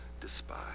despise